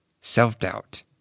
Self-doubt